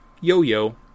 yo-yo